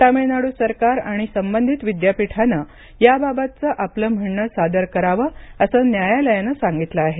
तामिळनाडू सरकार आणि संबंधित विद्यापीठानं याबाबतचं आपलं म्हणणं सादर करावं असं न्यायालयानं सांगितलं आहे